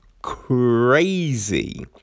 Crazy